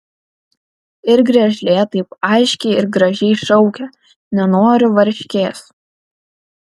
ir griežlė taip aiškiai ir gražiai šaukia nenoriu varškės